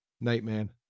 Nightman